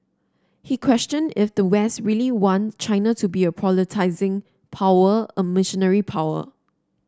he questioned if the West really want China to be a proselytising power a missionary power